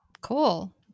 Cool